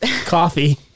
coffee